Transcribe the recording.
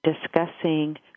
discussing